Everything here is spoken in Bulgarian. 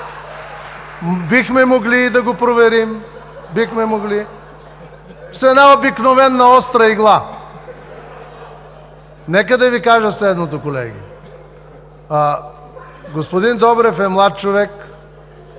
Бихме могли да го проверим, бихме могли, с една обикновена остра игла. Нека да Ви кажа следното, колеги. Господин Добрев е млад човек,